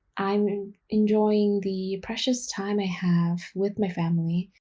i'm enjoying the precious time i have with my family.